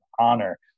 honor